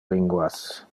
linguas